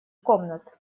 комнат